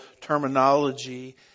terminology